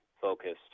focused